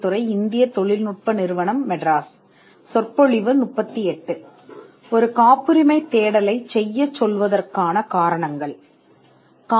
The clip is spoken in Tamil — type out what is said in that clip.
செல்லுபடியாகும் ஆய்வு பொருத்தமான மூன்றாவது சூழ்நிலை என்னவென்றால் உரிமம் பெற்றவர் அல்லது காப்புரிமையை வாங்க முயற்சிக்கும் ஒரு நபர் காப்புரிமை எவ்வளவு மதிப்புடையது என்பதைப் புரிந்து கொள்ள முடியும்